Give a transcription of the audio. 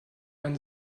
einen